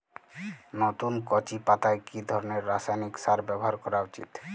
নতুন কচি পাতায় কি ধরণের রাসায়নিক সার ব্যবহার করা উচিৎ?